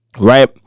Right